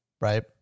right